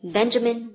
Benjamin